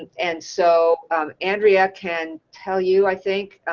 and so andrea can tell you, i think,